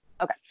Okay